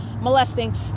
molesting